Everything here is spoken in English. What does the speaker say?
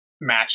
match